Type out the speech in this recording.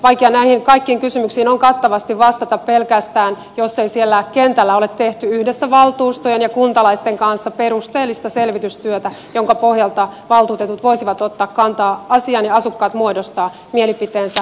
vaikea näihin kaikkiin kysymyksiin on kattavasti vastata pelkästään jos ei siellä kentällä ole tehty yhdessä valtuustojen ja kuntalaisten kanssa perusteellista selvitystyötä jonka pohjalta valtuutetut voisivat ottaa kantaa asiaan ja asukkaat muodostaa mielipiteensä